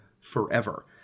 forever